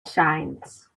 shines